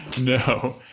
No